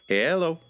hello